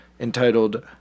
Entitled